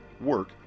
work